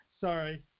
sorry